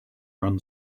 run